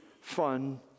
fun